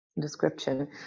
description